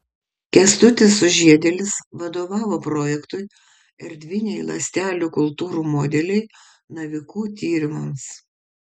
kęstutis sužiedėlis vadovavo projektui erdviniai ląstelių kultūrų modeliai navikų tyrimams